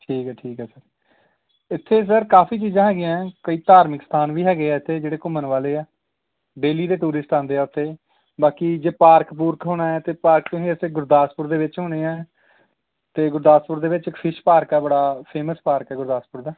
ਠੀਕ ਹੈ ਠੀਕ ਹੈ ਸਰ ਇੱਥੇ ਸਰ ਕਾਫ਼ੀ ਚੀਜ਼ਾਂ ਹੈਗੀਆਂ ਕਈ ਧਾਰਮਿਕ ਸਥਾਨ ਵੀ ਹੈਗੇ ਆ ਇੱਥੇ ਜਿਹੜੇ ਘੁੰਮਣ ਵਾਲੇ ਆ ਡੇਲੀ ਦੇ ਟੂਰਿਸਟ ਆਉਂਦੇ ਆ ਉੱਥੇ ਬਾਕੀ ਜੇ ਪਾਰਕ ਪੂਰਕ ਹੋਣਾ ਤਾਂ ਪਾਰਕ ਇੱਥੇ ਗੁਰਦਾਸਪੁਰ ਦੇ ਵਿੱਚ ਹੋਣੇ ਆ ਅਤੇ ਗੁਰਦਾਸਪੁਰ ਦੇ ਵਿੱਚ ਇੱਕ ਫਿਸ਼ ਪਾਰਕ ਆ ਬੜਾ ਫੇਮਸ ਪਾਰਕ ਆ ਗੁਰਦਾਸਪੁਰ ਦਾ